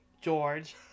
George